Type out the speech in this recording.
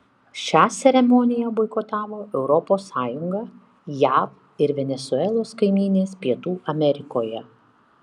šią ceremoniją boikotavo europos sąjunga jav ir venesuelos kaimynės pietų amerikoje